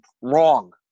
wrong